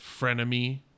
frenemy